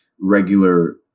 regular